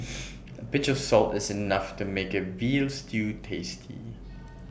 A pinch of salt is enough to make A Veal Stew tasty